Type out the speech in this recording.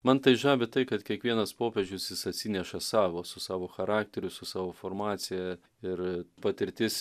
man tai žavi tai kad kiekvienas popiežius jis atsineša savo su savo charakteriu su savo formacija ir patirtis